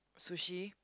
sushi